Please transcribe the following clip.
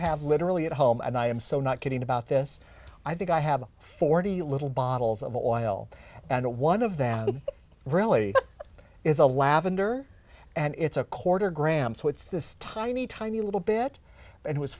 have literally at home and i am so not kidding about this i think i have forty little bottles of oil and one of them really is a lavender and it's a quarter gram so it's this tiny tiny little bit it was